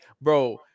bro